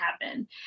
happen